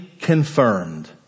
confirmed